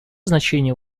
значение